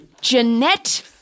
Jeanette